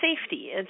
safety